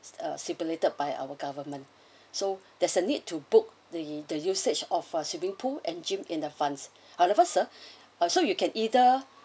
it's a stipulated by our government so there's a need to book the the usage of a swimming pool and gym in advance however sir so you can either